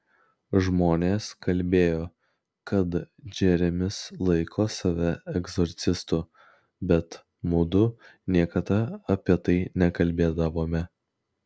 žmonės kalbėjo kad džeremis laiko save egzorcistu bet mudu niekada apie tai nekalbėdavome